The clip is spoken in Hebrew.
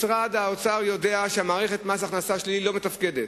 משרד האוצר יודע שהמערכת של מס הכנסה שלילי לא מתפקדת.